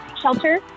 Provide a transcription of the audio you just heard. shelter